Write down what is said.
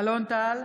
אלון טל,